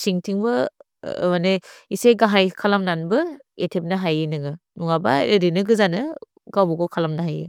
सिन्ग तिन्ग्ब, मने, इस ग है कलम नन्ब, एथेबिन थहि नन। दुन्ग ब, एरिन गिजन, ग बोगओ कलम थहि।